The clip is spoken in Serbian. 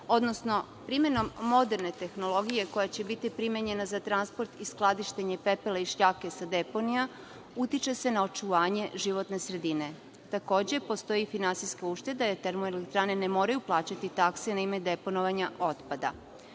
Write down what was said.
odnosno primenom moderne tehnologije koja će biti primenjena za transport i skladištenje pepela i šljake sa deponija utiče se na očuvanje životne sredine. Takođe, postoji i finansijska ušteda, jer termoelektrane ne moraju plaćati takse na ime deponovanja otpada.